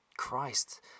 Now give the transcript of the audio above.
Christ